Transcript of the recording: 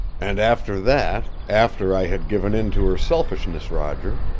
and after that, after i had given in to her selfishness, roger,